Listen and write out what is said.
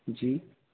जी